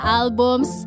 albums